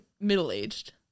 middle-aged